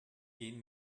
gehen